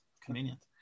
convenient